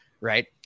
right